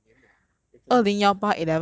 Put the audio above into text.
要两年 liao ah then 分手